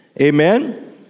Amen